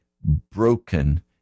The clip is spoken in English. broken